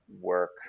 work